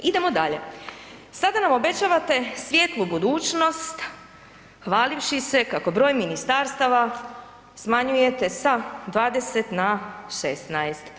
Idemo dalje, sada nam obećavate svjetlu budućnost hvalivši se kako broj ministarstava smanjujete sa 20 na 16.